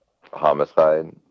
homicide